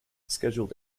scheduled